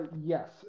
yes